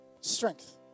strength